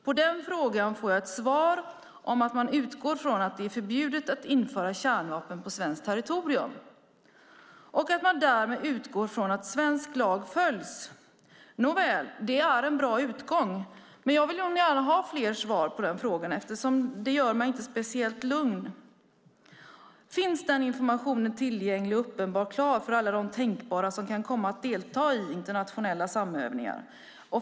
På den frågan får jag svaret att det är förbjudet att införa kärnvapen på svenskt territorium och att man därmed utgår från att svensk lag följs. Nåväl, det är en bra utgångspunkt, men jag vill nog gärna ha fler svar på den frågan, eftersom detta inte gör mig speciellt lugn. Finns den informationen tillgänglig och klar för alla de som kan tänkas komma att delta i internationella samövningar?